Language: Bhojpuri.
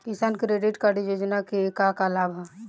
किसान क्रेडिट कार्ड योजना के का का लाभ ह?